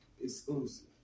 Exclusive